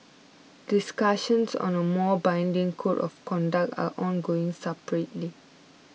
discussions on a more binding Code of Conduct are ongoing separately